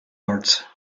birds